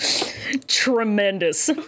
Tremendous